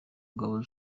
ngabo